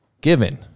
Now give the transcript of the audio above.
given